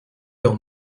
leurs